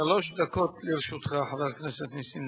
שלוש דקות לרשותך, חבר הכנסת נסים זאב.